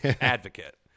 advocate